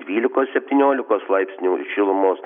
dvylikos septyniolikos laipsnių šilumos